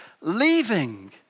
leaving